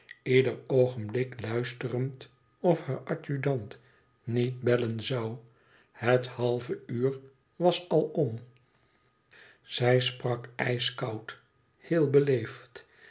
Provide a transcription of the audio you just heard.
ieder oogenblik luisterend of haar adjudant niet bellen zoû het halve uur was al om zij sprak ijskoud heel beleefd